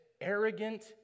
arrogant